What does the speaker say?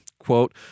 quote